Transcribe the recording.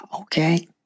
Okay